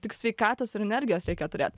tik sveikatos ir energijos reikia turėt